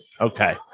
Okay